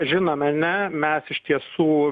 žinome ne mes iš tiesų